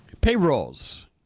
Payrolls